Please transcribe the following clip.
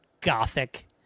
gothic